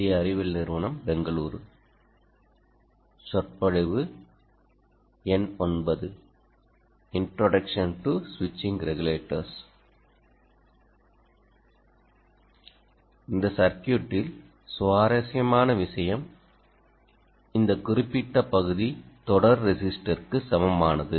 இந்த சர்க்யூட்டில் சுவாரஸ்யமான விஷயம் இந்த குறிப்பிட்ட பகுதி தொடர் ரெஸிஸ்டர்க்கு சமமானது